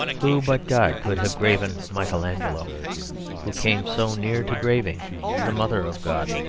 who but god could have graven michael angelo who came so near to graving the mother of god?